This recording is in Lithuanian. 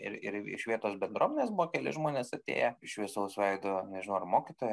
ir ir iš vietos bendruomenės buvo keli žmonės atėję šviesaus veido nežinau ar mokytoja